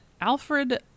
Alfred